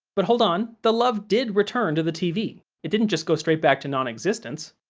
but, hold on. the love did return to the tv, it didn't just go straight back to non-existence.